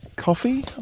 Coffee